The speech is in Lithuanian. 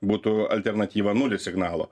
būtų alternatyva nulis signalo